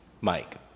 Mike